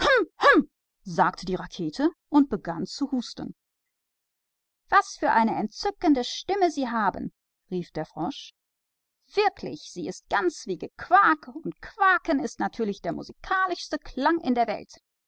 sagte die rakete und begann zu husten was sie für eine schöne stimme haben rief der frosch sie klingt genau wie von einer krähe und die ist für mich die schönste musik der welt